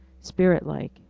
spirit-like